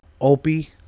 Opie